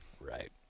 Right